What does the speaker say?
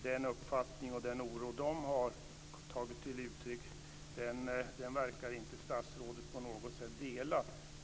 Denna uppfattning och oro som har kommit till uttryck verkar statsrådet inte på något sätt dela.